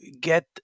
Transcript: get